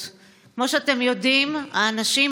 שפועלת לשינוי חברתי וחינוכי,